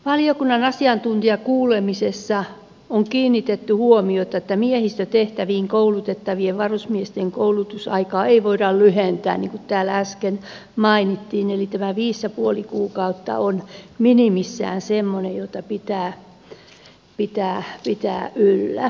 valiokunnan asiantuntijakuulemisessa on kiinnitetty huomiota siihen että miehistötehtäviin koulutettavien varusmiesten koulutusaikaa ei voida lyhentää niin kuin täällä äsken mainittiin eli tämä viisi ja puoli kuukautta on minimissään semmoinen jota pitää pitää yllä